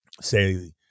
say